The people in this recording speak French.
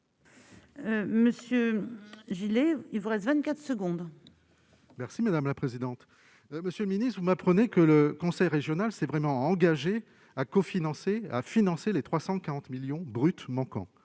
Monsieur Gillet ivresse 24 secondes. Merci madame la présidente, monsieur le Ministre, vous m'apprenez que le conseil régional s'est vraiment engagé à cofinancer à financer les 340 millions brut manquant,